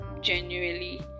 genuinely